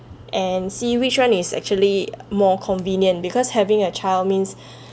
and see which one is actually more convenient because having a child means